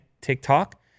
TikTok